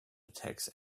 attacks